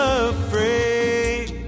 afraid